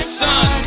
son